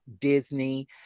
Disney